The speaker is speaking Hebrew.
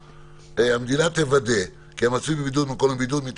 אז תכתבו: "המדינה תוודא כי המצוי בבידוד במקום לבידוד מטעם